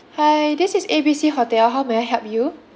hi this is A B C hotel how may I help you